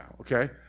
okay